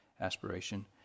aspiration